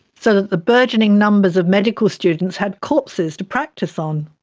so that the burgeoning numbers of medical students had corpses to practice on.